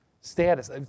status